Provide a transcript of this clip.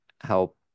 help